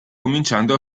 cominciando